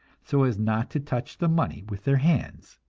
so as not to touch the money with their hands.